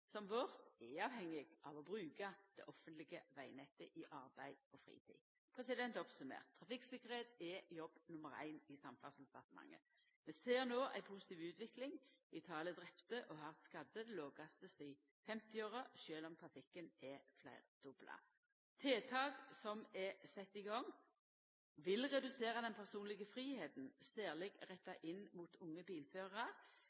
som vårt er avhengige av å bruka det offentlege vegnettet i arbeid og fritid. Oppsummert: Trafikktryggleik er jobb nr. éin i Samferdselsdepartementet. Vi ser no ei positiv utvikling i talet på drepne og hardt skadde, det lågaste sidan 1950-åra, sjølv om trafikken er fleirdobla. Tiltak som er sette i gong, vil redusera den personlege fridomen, særleg